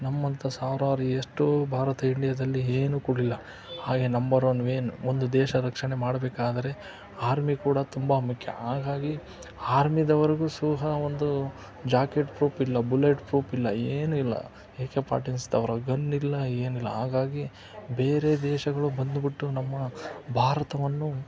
ನಮ್ಮಂಥ ಸಾವಿರಾರು ಎಷ್ಟೋ ಭಾರತ ಇಂಡಿಯಾದಲ್ಲಿ ಏನೂ ಕೊಡಲಿಲ್ಲ ಹಾಗೇ ನಂಬರ್ ಒನ್ ಮೇನ್ ಒಂದು ದೇಶ ರಕ್ಷಣೆ ಮಾಡಬೇಕಾದ್ರೆ ಹಾರ್ಮಿ ಕೂಡ ತುಂಬ ಮುಖ್ಯ ಹಾಗಾಗಿ ಹಾರ್ಮಿದವರಿಗೂ ಸಹ ಒಂದು ಜಾಕೆಟ್ ಪ್ರೂಪ್ ಇಲ್ಲ ಬುಲೆಟ್ ಪ್ರೂಪ್ ಇಲ್ಲ ಏನೂ ಇಲ್ಲ ಎ ಕೆ ಫಾರ್ಟೀಸ್ ಥರ ಗನ್ ಇಲ್ಲ ಏನಿಲ್ಲ ಹಾಗಾಗಿ ಬೇರೆ ದೇಶಗಳು ಬಂದ್ಬಿಟ್ಟು ನಮ್ಮ ಭಾರತವನ್ನು